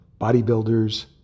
bodybuilders